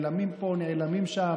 אתם נעלמים פה, נעלמים שם.